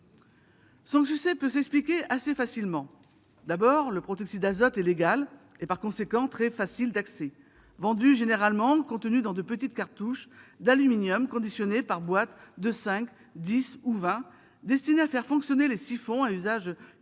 d'azote peut s'expliquer assez facilement. D'abord, le protoxyde d'azote est légal et, par conséquent, très facile d'accès. Vendu généralement dans de petites cartouches d'aluminium conditionnées par boîtes de cinq, dix ou vingt destinées à faire fonctionner les siphons à usage culinaire